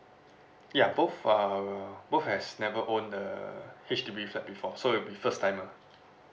ya both are both has never owned a H_D_B flat before so we'll be first timer